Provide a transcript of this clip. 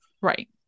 Right